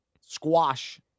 squash